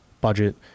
budget